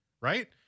right